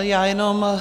Já jenom